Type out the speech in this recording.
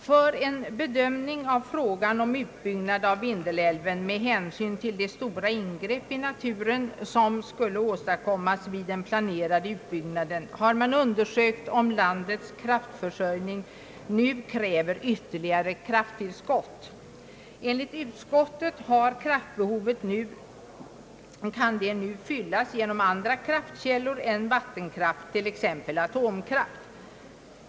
För en bedömning av frågan om utbyggnad av Vindelälven med hänsyn till de stora ingrepp i naturen som skulle åstadkommas vid den planerade utbyggnaden har man undersökt om landets kraftförsörjning nu påfordrar ytterligare krafttillskott. Enligt utskottet kan kraftbehovet fyllas genom andra kraftkällor än vattenkraft, t.ex. atomkraft.